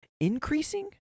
increasing